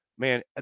Man